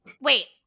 wait